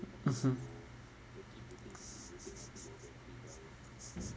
mmhmm